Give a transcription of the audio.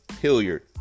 Hilliard